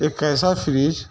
ایک ایسا فریج